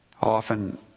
Often